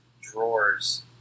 drawers